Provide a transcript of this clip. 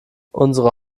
unsere